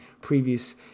previous